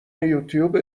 یوتوب